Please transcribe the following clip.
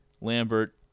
Lambert